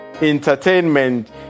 entertainment